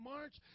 March